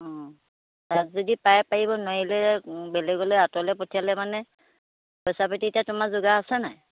অ' তাত যদি পাৰে পাৰিব নোৱাৰিলে বেলেগলৈ আতঁৰলৈ পঠিয়ালে মানে পইচা পাতি এতিয়া তোমাৰ যোগাৰ আছে নাই